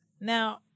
Now